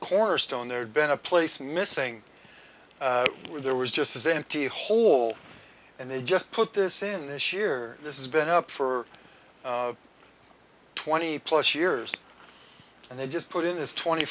corner stone there'd been a place missing where there was just as empty hole and they just put this in this year this is been up for twenty plus years and they just put in this twenty